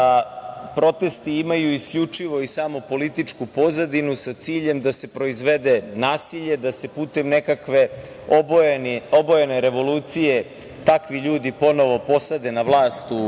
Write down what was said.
protesti imaju isključivo i samo političku pozadinu, sa ciljem da se proizvede nasilje, da se putem nekakve obojene revolucije takvi ljudi ponovo posade na vlast u